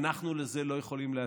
אנחנו לזה לא יכולים להסכים.